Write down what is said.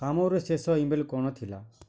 ଆମର ଶେଷ ଇମେଲ୍ କ'ଣ ଥିଲା